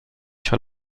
sur